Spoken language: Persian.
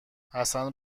حسن